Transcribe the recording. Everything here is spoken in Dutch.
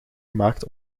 gemaakt